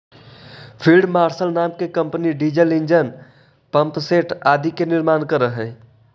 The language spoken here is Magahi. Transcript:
फील्ड मार्शल नाम के कम्पनी डीजल ईंजन, पम्पसेट आदि के निर्माण करऽ हई